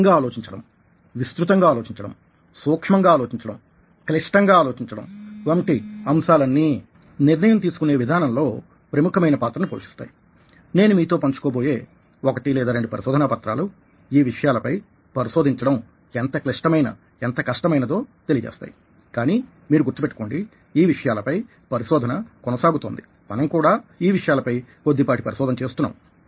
వేగంగా ఆలోచించడం విస్తృతంగా ఆలోచించడం సూక్ష్మంగా ఆలోచించడం క్లిష్టంగా ఆలోచించడం వంటి అంశాలన్నీ నిర్ణయం తీసుకునే విధానంలో ప్రముఖమైన పాత్రని పోషిస్తాయి నేను మీతో పంచుకో బోయే 1 లేదా 2 పరిశోధనా పత్రాలు ఈ విషయాలపై పరిశోధించడం ఎంత క్లిష్టమైన ఎంత కష్టమైన దో తెలియజేస్తాయి కానీ మీరు గుర్తు పెట్టుకోండి ఈ విషయాలపై పరిశోధన కొనసాగుతోంది మనం కూడా ఈ విషయాలపై కొద్దిపాటి పరిశోధన చేస్తున్నాము